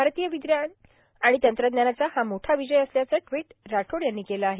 भारतीय विज्ञान आणि तंत्रज्ञानाचा हा मोठा विजय असल्याचं ट्विट राठोड यांनी केलं आहे